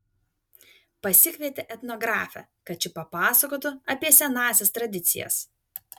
pasikvietė etnografę kad ši papasakotų apie senąsias tradicijas